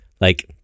like-